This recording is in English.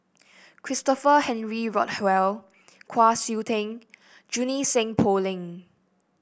Christopher Henry Rothwell Kwa Siew Tee Junie Sng Poh Leng